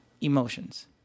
emotions